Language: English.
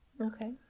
okay